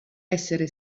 essere